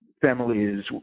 families